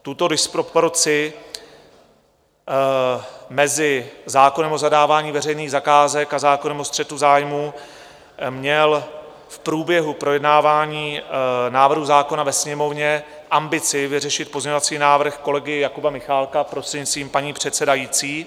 Tuto disproporci mezi zákonem o zadávání veřejných zakázek a zákonem o střetu zájmů měl v průběhu projednávání návrhu zákona ve Sněmovně ambici vyřešit pozměňovací návrh kolegy Jakuba Michálka, prostřednictvím paní předsedající.